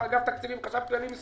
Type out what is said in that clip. תודה רבה, הישיבה נעולה.